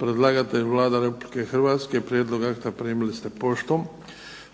Predlagatelj Vlada Republike Hrvatske. Prijedlog akta primili ste poštom.